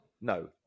No